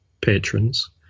patrons